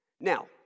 Now